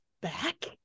back